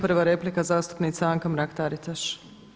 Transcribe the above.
Prva replika zastupnica Anka Mrak Taritaš.